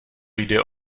jde